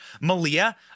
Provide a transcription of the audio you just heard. Malia